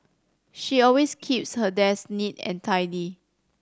she always keeps her desk neat and tidy